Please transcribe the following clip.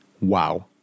Wow